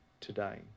today